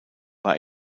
war